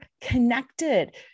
connected